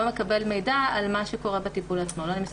נמסר לו מידע על מה שקורה בטיפול עצמו.